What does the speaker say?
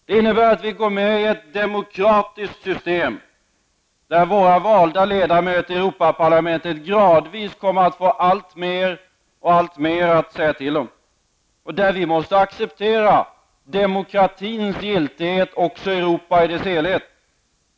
Det innebär att vi går med i ett demokratiskt system där våra valda ledamöter i Europaparlamentet gradvis kommer att få alltmer att säga till om och där vi måste acceptera demokratins giltighet också i Europa i dess helhet.